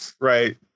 Right